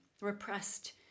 repressed